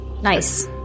Nice